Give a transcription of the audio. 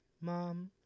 Mom